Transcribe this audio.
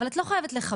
אבל את לא חייבת לכבד,